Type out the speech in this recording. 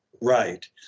right